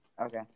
Okay